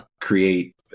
create